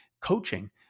Coaching